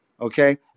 okay